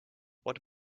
what